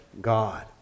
God